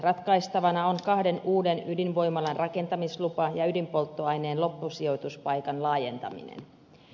ratkaistavana on kahden uuden ydinvoimalan rakentamislupa ja ydinpolttoaineen loppusijoituspaikan laajentaminen